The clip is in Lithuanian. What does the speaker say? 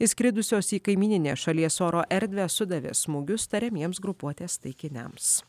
įskridusios į kaimyninės šalies oro erdvę sudavė smūgius tariamiems grupuotės taikiniams